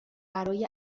برای